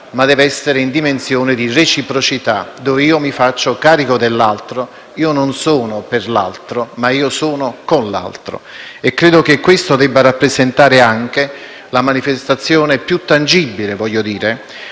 ma dell'essere in dimensione di reciprocità, dove io mi faccio carico dell'altro. Io non sono per l'altro, ma io sono con l'altro. Credo che questo debba rappresentare anche la manifestazione più tangibile di